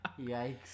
yikes